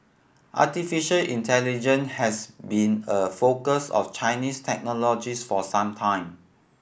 artificial intelligence has been a focus of Chinese technologists for some time